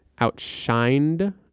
outshined